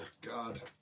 god